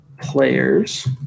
players –